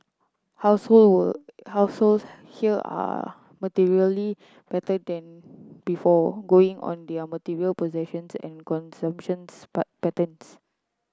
household here are materially better than before going on their material possessions and consumption patterns